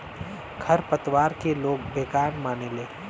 खर पतवार के लोग बेकार मानेले